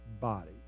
body